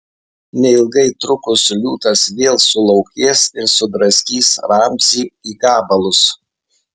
neilgai trukus liūtas vėl sulaukės ir sudraskys ramzį į gabalus